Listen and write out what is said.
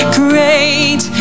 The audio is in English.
great